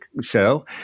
show